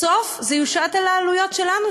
בסוף העלויות יושתו עלינו,